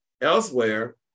Elsewhere